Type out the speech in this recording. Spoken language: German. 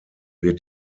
wird